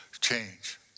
change